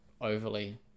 overly